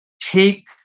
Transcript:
take